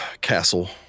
castle